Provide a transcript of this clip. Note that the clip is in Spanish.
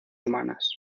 humanas